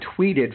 tweeted